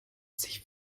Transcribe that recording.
sich